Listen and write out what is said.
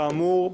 כאמור,